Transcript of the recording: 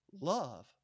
Love